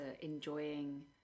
enjoying